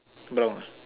brown ah